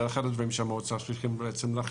זה אחד הדברים שעליהם המועצה צריכה להחליט.